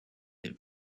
him